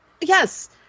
Yes